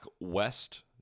West